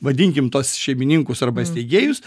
vadinkim tuos šeimininkus arba steigėjus